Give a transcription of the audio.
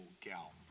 gal